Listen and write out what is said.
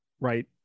right